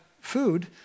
food